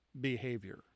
behavior